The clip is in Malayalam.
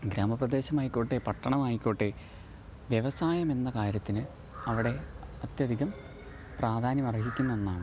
ഗ്രാമപ്രദേശമായിക്കോട്ടേ പട്ടണമായിക്കോട്ടേ വ്യവസായമെന്ന കാര്യത്തിന് അവിടെ അത്യധികം പ്രാധാന്യമര്ഹിക്കുന്നൊന്നാണ്